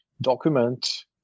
document